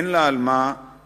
אין לה על מה לסמוך.